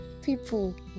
people